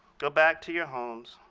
go back to your homes,